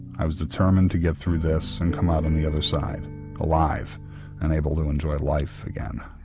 i was determined to get through this and come out on the other side alive and able to enjoy life again.